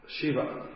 Shiva